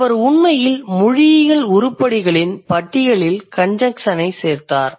அவர் உண்மையில் மொழியியல் உருப்படிகளின் பட்டியலில் கன்ஜென்க்ஷனைச் சேர்த்தார்